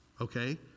okay